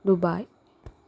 Dubai